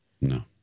No